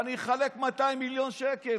אני אחלק 200 מיליון שקל,